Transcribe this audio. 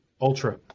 ultra